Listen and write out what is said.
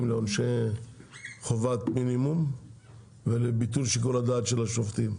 לעונשי חובת מינימום ולביטול שיקול הדעת של השופטים.